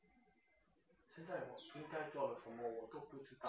现在我应该做了什么我都不知道